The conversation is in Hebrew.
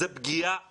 זה פגיעה בבריאות,